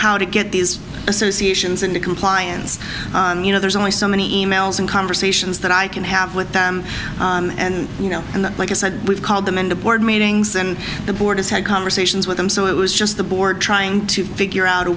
how to get these associations and compliance you know there's only so many e mails and conversations that i can have with them and you know and like i said we've called them in the board meetings and the board has had conversations with them so it was just the board trying to figure out a